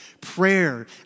Prayer